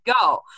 go